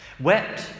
wept